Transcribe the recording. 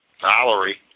Valerie